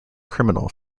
criminal